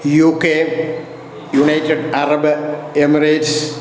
UK United Arab Emirates